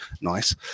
nice